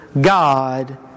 God